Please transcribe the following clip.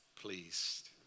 pleased